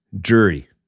jury